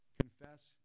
confess